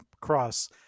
cross